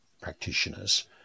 practitioners